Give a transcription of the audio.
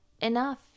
enough